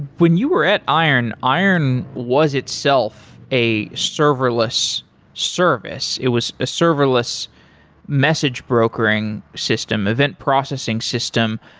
when you were at iron, iron was itself a serverless service. it was a serverless message brokering system, event processing system,